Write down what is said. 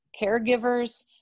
caregivers